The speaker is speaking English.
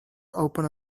opened